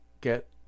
get